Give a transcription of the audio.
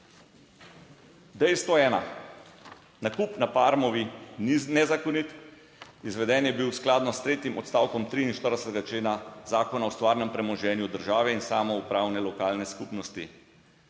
dejstvo ena, nakup na Parmovi ni nezakonit, izveden je bil skladno s tretjim odstavkom 43. člena Zakona o stvarnem premoženju države in samoupravne lokalne skupnosti.